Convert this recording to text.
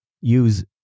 Use